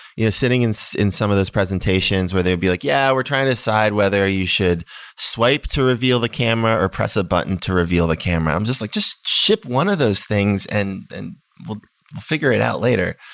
you know sitting in so in some of those presentations where they'd be like, yeah, we're trying to decide whether you should swipe to reveal the camera, or press a button to reveal the camera. i'm just like, just ship one of those things and and we'll figure it out later.